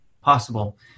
possible